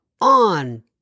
on